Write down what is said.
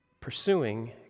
pursuing